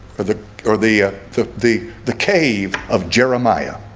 or the or the ah the the the cave of jeremiah